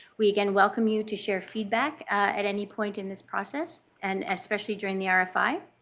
we, again, welcome you to share feedback at any point in this process and especially during the rfi.